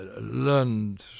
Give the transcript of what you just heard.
learned